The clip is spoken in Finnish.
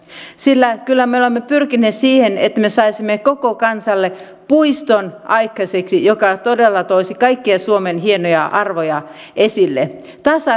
sillä kyllä me me olemme pyrkineet siihen että me saisimme aikaiseksi koko kansalle puiston joka todella toisi kaikkia suomen hienoja arvoja esille tasa